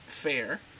fair